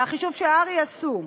מהחישוב שהר"י עשו,